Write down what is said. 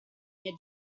miei